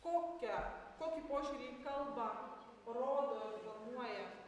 kokią kokį požiūrį į kalbą rodo ir formuoja